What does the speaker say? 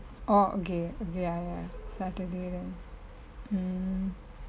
orh okay okay ya ya saturday then mm